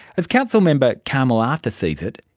as council member carmel arthur sees it,